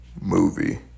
Movie